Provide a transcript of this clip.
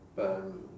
but I'm